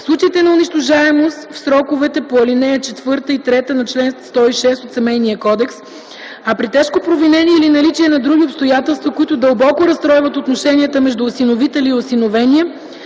в случаите на унищожаемост в сроковете по ал. 3 и ал. 4 на чл. 106 от Семейния кодекс, а при тежко провинение или наличие на други обстоятелства, които дълбоко разстройват отношенията между осиновителя и осиновения